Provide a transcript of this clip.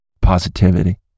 positivity